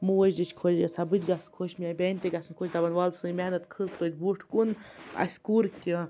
موج تہِ چھِ خۄش گَژھان بہٕ تہِ گَژھہٕ خۄش میٛانہِ بیٚنہِ تہِ گژھیٚن خۄش دَپیٚن وَلہٕ سٲنۍ محنت کھٔژ توتہ بوٚٹھ کُن اسہِ کوٚر کیٚنٛہہ